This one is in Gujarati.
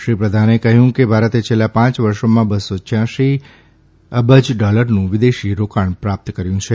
શ્રી પ્રધાને કહ્યું કે ભારતે છેલ્લા પાંચ વર્ષોમાં બસો છયાસી અબજ ડોલરનું વિદેશી રોકાણ પ્રાપ્ત કર્યું છે